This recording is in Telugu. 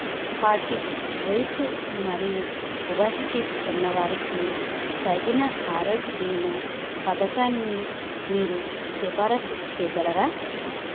ఫార్టీ వయస్సు మరియు ఒబిసిటీ ఉన్నవారికి తగిన ఆరోగ్య బీమా పథకాన్ని మీరు సిఫారసు చేయగలరా